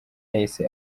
yahise